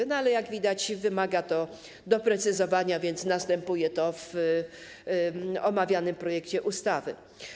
Jednak, jak widać, wymaga to doprecyzowania, dlatego następuje to w omawianym projekcie ustawy.